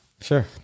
sure